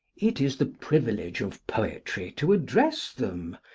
it is the privilege of poetry to address them,